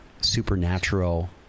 supernatural